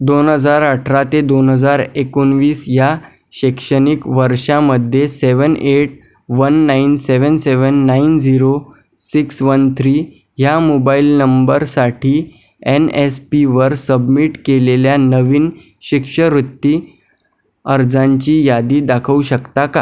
दोन हजार अठरा ते दोन हजार एकोणवीस या शैक्षणिक वर्षामध्ये seven eight one nine seven seven nine zero six one three ह्या मोबाईल नंबरसाठी एन एस पी वर सबमिट केलेल्या नवीन शिष्यवृत्ती अर्जांची यादी दाखवू शकता का